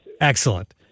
Excellent